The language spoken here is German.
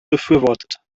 befürwortet